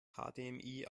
hdmi